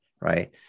Right